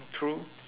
true